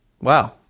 wow